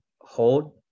hold